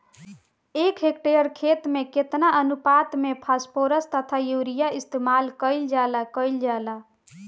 एक हेक्टयर खेत में केतना अनुपात में फासफोरस तथा यूरीया इस्तेमाल कईल जाला कईल जाला?